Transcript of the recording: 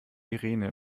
irene